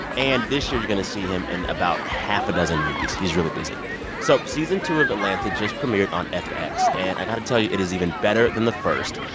and this year you're going to see him in about half a dozen movies. he's really busy so season two of atlanta just premiered on fx, and i got to tell you, it is even better than the first.